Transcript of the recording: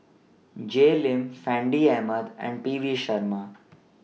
Jay Lim Fandi Ahmad and P V Sharma